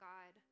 God